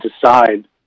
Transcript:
decide